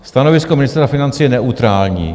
Stanovisko Ministerstva financí je neutrální.